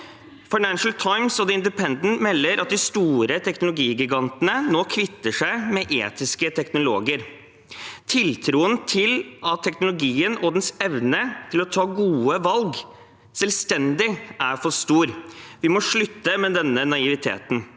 Financial Times og The Independent melder at de store teknologigantene nå kvitter seg med etiske teknologer. Tiltroen til teknologien og dens evne til å ta gode valg selvstendig er for stor. Vi må slutte med denne naiviteten.